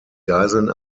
geiseln